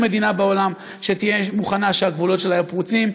מדינה בעולם שתהיה מוכנה שהגבולות שלה יהיו פרוצים.